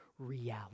Reality